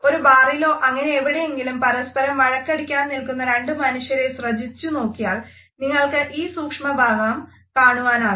ഒരു ബാറിലോ അങ്ങനെ എവിടെയെങ്കിലും പരസ്പരം വഴക്കടിക്കാൻ നിൽക്കുന്ന രണ്ടു മനുഷ്യരെ ശ്രദ്ധിച്ചു നോക്കിയാൽ നിങ്ങൾക്ക് ഈ സൂക്ഷ്മഭാവം കാണുവാനാകും